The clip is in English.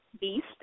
beast